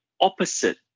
opposite